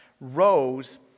rose